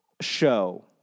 show